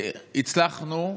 הצלחנו,